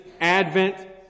Advent